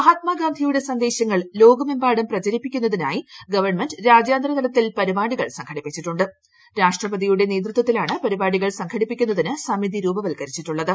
മഹാർമ്മാ ഗാന്ധിയുടെ സന്ദേശങ്ങൾ ലോകമെമ്പാടും പ്രചരിപ്പിക്കുന്നതിന്നായി ്ഗവൺമെന്റ് രാജ്യാന്തര തലത്തിൽ പരിപാടികൾ സംഘടിപ്പിച്ചിട്ടുണ്ട് ശ്രാഷ്ട്രപതിയുടെ നേതൃത്വത്തിലാണ് പരിപാടികൾ സംഘടിപ്പിക്കുന്നതിന് സമിതി രൂപവത്കരിച്ചിട്ടുള്ളത്